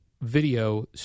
video